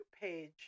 page